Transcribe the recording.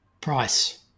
price